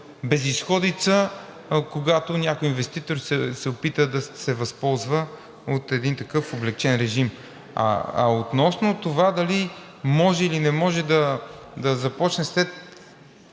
безизходица, когато някой инвеститор се опита да се възползва от един такъв облекчен режим. Относно това дали може, или не може да започне